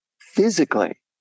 physically